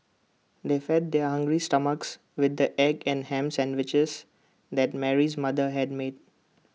they fed their hungry stomachs with the egg and Ham Sandwiches that Mary's mother had made